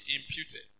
imputed